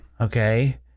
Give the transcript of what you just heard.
Okay